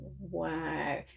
wow